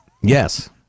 Yes